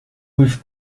with